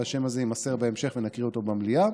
השם הזה יימסר בהמשך ונקריא אותו במליאה,